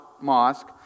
Mosque